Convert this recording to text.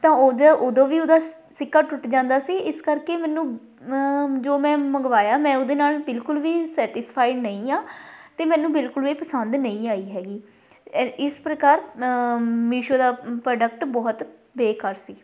ਤਾਂ ਉਹਦਾ ਉਦੋਂ ਵੀ ਉਹਦਾ ਸ ਸਿੱਕਾ ਟੁੱਟ ਜਾਂਦਾ ਸੀ ਇਸ ਕਰਕੇ ਮੈਨੂੰ ਜੋ ਮੈਂ ਮੰਗਵਾਇਆ ਮੈਂ ਉਹਦੇ ਨਾਲ ਬਿਲਕੁਲ ਵੀ ਸੈਟਿਸਫਾਈਡ ਨਹੀਂ ਹਾਂ ਅਤੇ ਮੈਨੂੰ ਬਿਲਕੁਲ ਇਹ ਪਸੰਦ ਨਹੀਂ ਆਈ ਹੈਗੀ ਏ ਇਸ ਪ੍ਰਕਾਰ ਮੀਸੋ ਦਾ ਪ੍ਰੋਡਕਟ ਬਹੁਤ ਬੇਕਾਰ ਸੀ